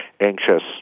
anxious